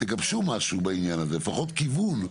תגבשו משהו בעניין הזה, לפחות כיוון.